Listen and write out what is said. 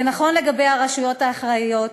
זה נכון לגבי הרשויות האחראיות,